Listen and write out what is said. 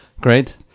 great